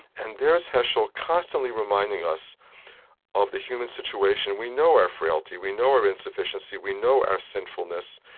and there's heschel, constantly reminding us of the human situation. we know our frailty, we know our insufficiency, we know our sinfulness,